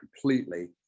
completely